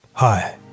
Hi